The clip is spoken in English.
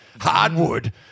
hardwood